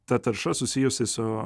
ta tarša susijusi su